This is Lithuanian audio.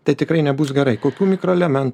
tai tikrai nebus gerai kokių mikroelementų